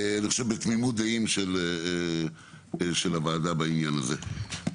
אני חושב בתמימות דעים, של הוועדה בעניין הזה.